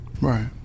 Right